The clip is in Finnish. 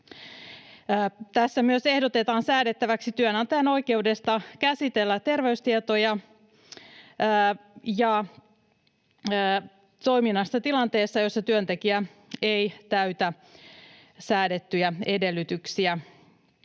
Tässä myös ehdotetaan säädettäväksi työnantajan oikeudesta käsitellä terveystietoja ja toiminnasta tilanteessa, jossa työntekijä ei täytä säädettyjä edellytyksiä.